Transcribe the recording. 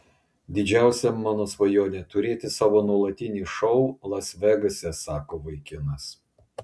didžiausia mano svajonė turėti savo nuolatinį šou las vegase sako vaikinas